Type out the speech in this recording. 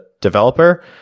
developer